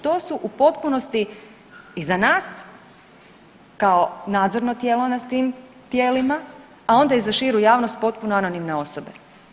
To su u potpunosti i za nas kao nadzorno tijelo nad tim tijelima, a onda i za širu javnost potpuno anonimne osobe.